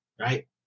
Right